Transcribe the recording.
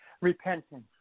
Repentance